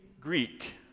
Greek